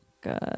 Good